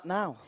now